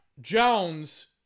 Jones